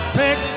pick